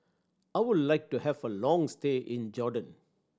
I would like to have a long stay in Jordan